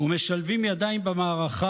ומשלבים ידיים במערכה